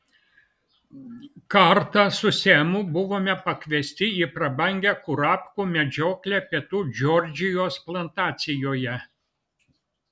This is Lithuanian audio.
kartą su semu buvome pakviesti į prabangią kurapkų medžioklę pietų džordžijos plantacijoje